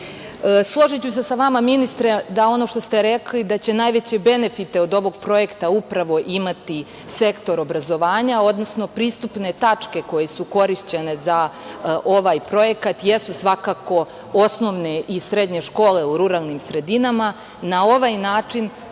se sa vama, ministre, da ono što ste rekli, da će najveće benefite od ovog projekta upravo imati sektor obrazovanja, odnosno pristupne tačke koje su korišćene za ovaj projekat jesu svakako osnovne i srednje škole u ruralnim sredinama.